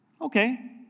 Okay